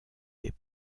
des